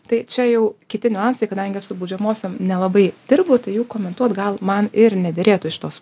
tai čia jau kiti niuansai kadangi su baudžiamosiom nelabai dirbu tai jų komentuot gal man ir nederėtų iš tos